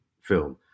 film